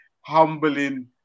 humbling